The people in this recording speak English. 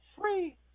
Free